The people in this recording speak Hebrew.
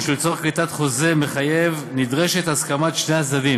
שלצורך כריתת חוזה מחייב נדרשת הסכמת שני הצדדים.